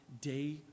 day